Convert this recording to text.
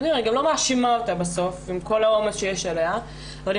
אני גם לא מאשימה אותה עם כל העומס שיש עליה אבל היא